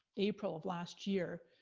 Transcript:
april of last year.